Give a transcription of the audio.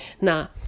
Now